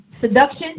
Seduction